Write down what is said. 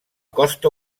costa